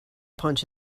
punch